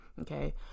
okay